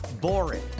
boring